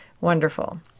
wonderful